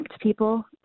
people